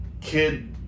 kid